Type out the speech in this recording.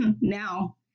now